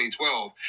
2012